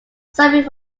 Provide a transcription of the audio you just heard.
suffering